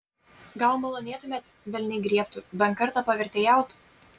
gal malonėtumėte velniai griebtų bent kartą pavertėjaut